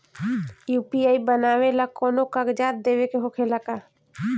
UPI बनावेला कौनो कागजात देवे के होखेला का?